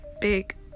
big